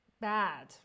bad